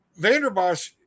Vanderbosch